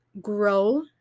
grow